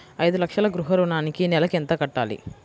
ఐదు లక్షల గృహ ఋణానికి నెలకి ఎంత కట్టాలి?